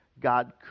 God